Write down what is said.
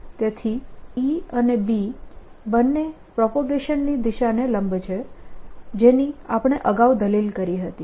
તેથી E અને B બંને પ્રોપેગેશનની દિશાને લંબ છે જેની આપણે અગાઉ દલીલ કરી હતી